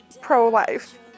pro-life